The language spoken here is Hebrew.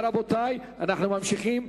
אנחנו ממשיכים.